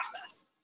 process